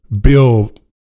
build